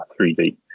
3D